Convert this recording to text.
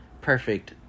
perfect